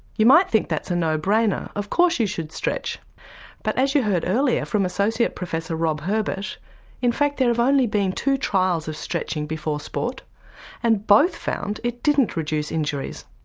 you might think that's a no brainer of course you should stretch but as you heard earlier from associate professor rob herbert in fact there have only been two trials of stretching before sport and both found it didn't reduce injuries.